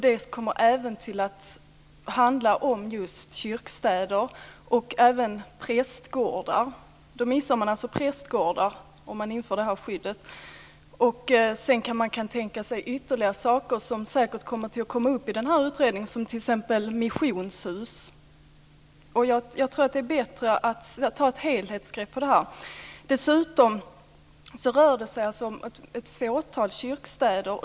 Den kommer att handla om just kyrkstäder och även om prästgårdar. Om man inför det här skyddet missar man alltså prästgårdar. Det kan säkert tänkas att ytterligare saker kommer upp i den här utredningen, t.ex. missionshus. Jag tror att det är bättre att ta ett helhetsgrepp på det här. Dessutom rör det sig om ett fåtal kyrkstäder.